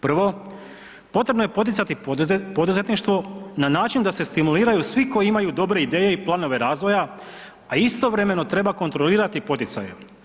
Prvo, potrebno je poticati poduzetništvo na način da se stimuliraju svi koji imaju dobre ideje i planove razvoja, a istovremeno treba kontrolirati i poticaje.